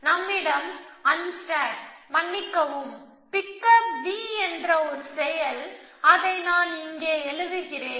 நம்மிடம் அன்ஸ்டேக் மன்னிக்கவும் pickup B என்ற ஒரு செயல் அதை நான் இங்கே எழுதுகிறேன்